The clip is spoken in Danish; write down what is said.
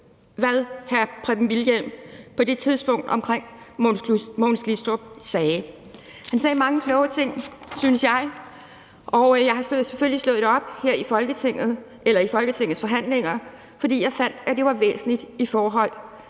hvad Preben Wilhjelm dengang sagde om Mogens Glistrup. Han sagde mange kloge ting, synes jeg. Jeg har selvfølgelig slået det op i Folketingets forhandlinger, fordi jeg fandt, at det var væsentligt i forhold